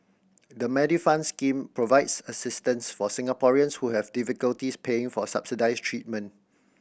the Medifund scheme provides assistance for Singaporeans who have difficulties paying for subsidized treatment